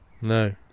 No